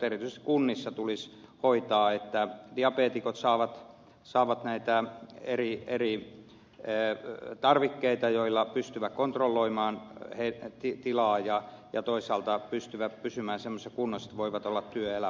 erityisesti kunnissa tulisi hoitaa että diabeetikot saavat näitä eri tarvikkeita joilla pystyvät kontrolloimaan tilaa ja toisaalta pystyvät pysymään semmoisessa kunnossa että voivat olla työelämässä mukana